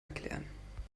erklären